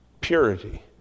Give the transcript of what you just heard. purity